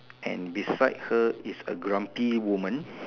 and beside her is a grumpy woman